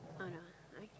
oh no okay